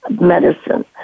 medicine